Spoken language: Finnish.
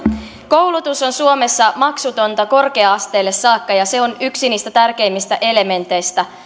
koulutus on suomessa maksutonta korkea asteelle saakka ja se on yksi niistä tärkeimmistä elementeistä